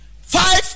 five